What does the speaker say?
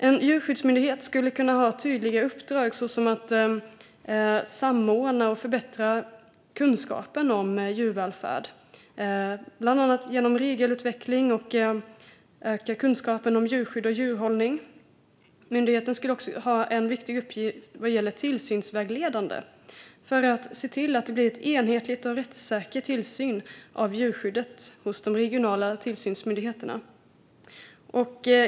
En djurskyddsmyndighet skulle ha ett tydligt uppdrag att samordna och förbättra kunskapen om djurvälfärd, bland annat genom regelutveckling och genom att öka kunskapen om djurskydd och djurhållning. Myndigheten skulle också ha en viktig tillsynsvägledande uppgift för att få till en enhetlig och rättssäker tillsyn av djurskyddet hos de regionala tillsynsmyndigheterna.